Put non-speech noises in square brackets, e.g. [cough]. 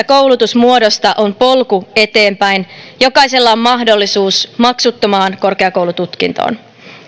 [unintelligible] koulutusmuodosta on polku eteenpäin jokaisella on mahdollisuus maksuttomaan korkeakoulututkintoon